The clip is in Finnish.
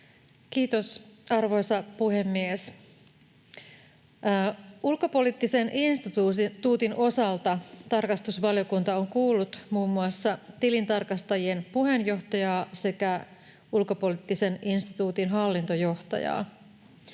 Kiitos, arvoisa puhemies! Ulkopoliittisen instituutin osalta tarkastusvaliokunta on kuullut muun muassa tilintarkasta-jien puheenjohtajaa sekä Ulkopoliittisen instituutin hallintojohtajaa.